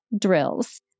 drills